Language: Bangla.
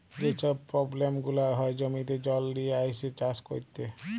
যে ছব পব্লেম গুলা হ্যয় জমিতে জল লিয়ে আইসে চাষ ক্যইরতে